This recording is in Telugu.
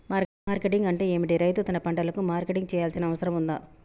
మార్కెటింగ్ అంటే ఏమిటి? రైతు తన పంటలకు మార్కెటింగ్ చేయాల్సిన అవసరం ఉందా?